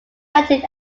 erected